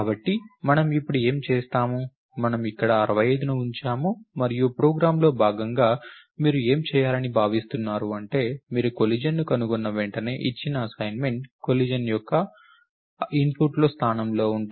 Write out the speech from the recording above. కాబట్టి మనము ఇప్పుడు ఏమి చేస్తాము మనము ఇక్కడ 65ని ఉంచాము మరియు ప్రోగ్రామ్లో భాగంగా మీరు ఏమి చేయాలని భావిస్తున్నారు అంటే మీరు కొలిజన్ ని కనుగొన్న వెంటనే ఇచ్చిన అసైన్మెంట్ కొలిజన్ ఉన్న ఇన్పుట్లోని స్థానం ఉంటే